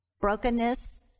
Brokenness